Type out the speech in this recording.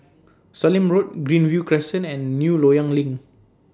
Sallim Road Greenview Crescent and New Loyang LINK